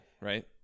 right